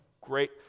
Great